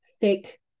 thick